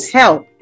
help